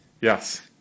Yes